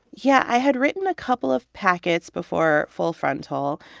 yeah. i had written a couple of packets before full frontal.